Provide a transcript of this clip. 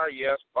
yes